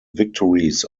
victories